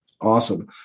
Awesome